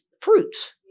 fruits